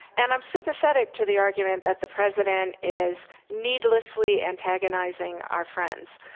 and i'm sympathetic to the argument that the president is needlessly antagonizing our friends,